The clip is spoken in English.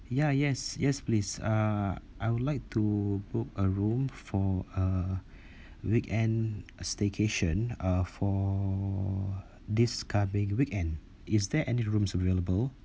ya yes yes please uh I would like to book a room for uh weekend staycation uh for this coming weekend is there any rooms available